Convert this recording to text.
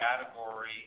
category